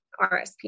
RSP